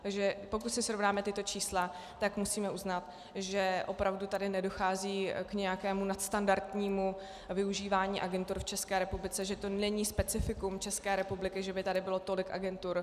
Takže pokud si srovnáme tato čísla, musíme uznat, že opravdu tady nedochází k nějakému nadstandardnímu využívání agentur v České republice, že to není specifikum České republiky, že by tady bylo tolik agentur.